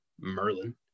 Merlin